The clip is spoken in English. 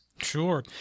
Sure